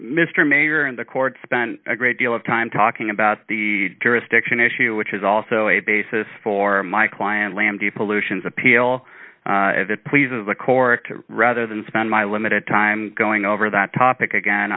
mr mayor and the court spent a great deal of time talking about the jurisdiction issue which is also a basis for my client lamptey pollutions appeal if it pleases the court rather than spend my limited time going over that topic again